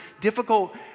difficult